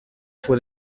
fue